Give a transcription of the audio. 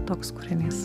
toks kūrinys